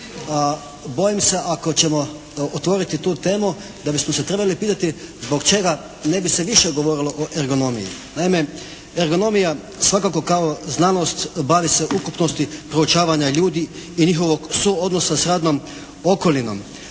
Bojim se ako ćemo otvoriti tu temu da bismo se trebali pitati zbog čega ne bi se više govorilo o ergonomiji. Naime, ergonomija svakako kao znanost bavi se ukupnosti proučavanja ljubi i njihovog suodnosa s radnom okolinom,